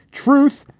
truth.